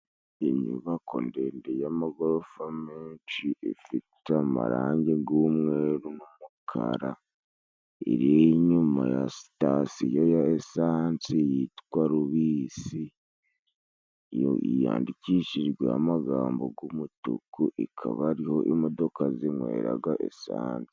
Inyubako ndende y'amagorofa menshi ifite amarangi g'umweru n'umukara iri inyuma ya sitasiyo ya esansi yitwa lubisi yandikishijweho amagambo g'umutuku ikaba ariho imodoka zinyweraga esanse.